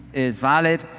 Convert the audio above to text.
is valid,